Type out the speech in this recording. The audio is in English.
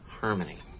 harmony